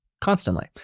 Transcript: constantly